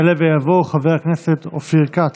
יעלה ויבוא חבר הכנסת אופיר כץ.